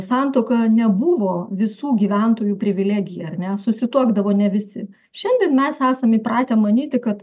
santuoka nebuvo visų gyventojų privilegija ar ne susituokdavo ne visi šiandien mes esam įpratę manyti kad